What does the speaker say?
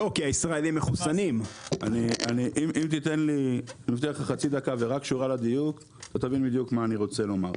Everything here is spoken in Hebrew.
אם תיתן לי חצי דקה ורק קשורה לדיון אתה תבין בדיוק מה אני רוצה לומר,